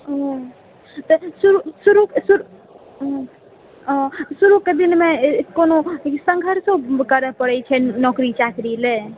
तऽ शुरू शुरू शुरू के दिनमे कोनो संघर्षो करए पड़ै छै नौकरी चाकरी लए